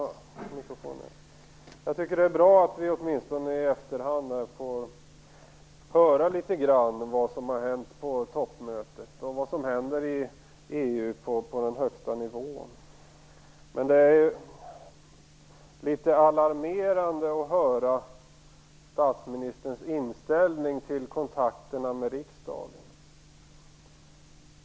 Fru talman! Jag tycker att det är bra att vi åtminstone i efterhand får höra litet om vad som har hänt på toppmötet och vad som händer på högsta nivå i EU. Men det är litet alarmerande att höra statsministerns inställning till kontakterna med riksdagen.